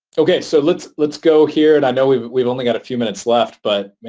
okay. so, let's let's go here. and i know we've we've only got a few minutes left but,